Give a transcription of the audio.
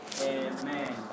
Amen